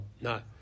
No